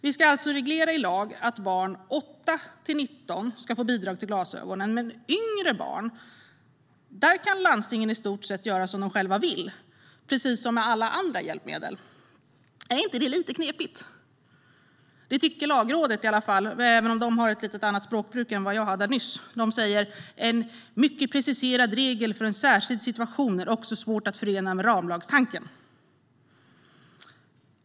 Vi ska alltså reglera i lag att barn i åldern 8-19 ska få bidrag till glasögon men att landstingen när det gäller yngre kan göra i stort sett som de själva vill, precis som med alla andra hjälpmedel. Är inte det lite knepigt? Det tycker Lagrådet i alla fall, även om det har ett annat språkbruk än jag. Man säger: "En mycket preciserad regel för en särskild situation är också svår att förena med ramlagstanken."